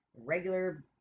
regular